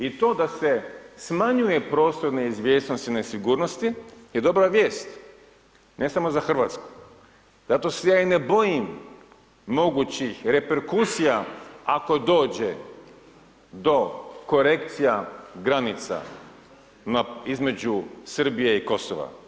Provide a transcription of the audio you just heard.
I to da se smanjuje prostor neizvjesnosti i nesigurnosti je dobra vijest, ne samo za Hrvatsku, zato se ja i ne bojim mogućih reperkusija, ako dođe do korekcija granica između Srbije i Kosova.